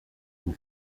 une